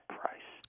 price